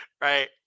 right